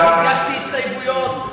והגשתי הסתייגויות,